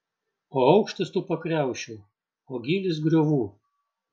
o aukštis tų pakriaušių o gylis griovų